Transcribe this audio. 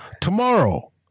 tomorrow